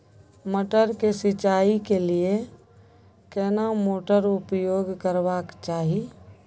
मटर के सिंचाई के लिये केना मोटर उपयोग करबा के चाही?